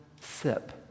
sip